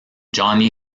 johnny